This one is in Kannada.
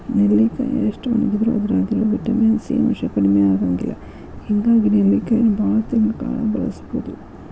ನೆಲ್ಲಿಕಾಯಿ ಎಷ್ಟ ಒಣಗಿದರೂ ಅದ್ರಾಗಿರೋ ವಿಟಮಿನ್ ಸಿ ಅಂಶ ಕಡಿಮಿ ಆಗಂಗಿಲ್ಲ ಹಿಂಗಾಗಿ ನೆಲ್ಲಿಕಾಯಿನ ಬಾಳ ತಿಂಗಳ ಕಾಲ ಬಳಸಬೋದು